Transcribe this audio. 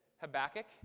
Habakkuk